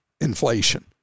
inflation